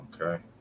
Okay